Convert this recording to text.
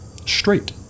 Straight